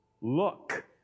Look